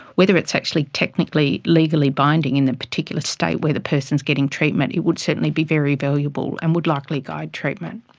whether it's actually technically legally binding in the particular state where the person's getting treatment, it would certainly be very valuable and would likely guide treatment.